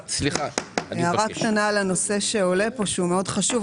רציתי להעיר הערה קטנה לנושא שעולה כאן שהוא מאוד חשוב.